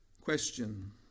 Question